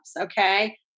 okay